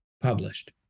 published